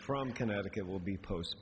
from connecticut will be post